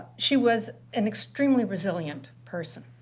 she was an extremely resilient person.